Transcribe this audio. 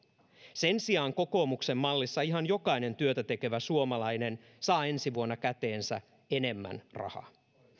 sen sijaan kokoomuksen mallissa ihan jokainen työtä tekevä suomalainen saa ensi vuonna käteensä enemmän rahaa